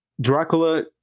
Dracula